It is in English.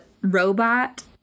robot